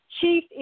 chief